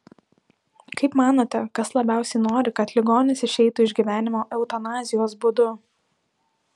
kaip manote kas labiausiai nori kad ligonis išeitų iš gyvenimo eutanazijos būdu